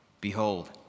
Behold